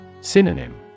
Synonym